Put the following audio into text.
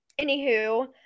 anywho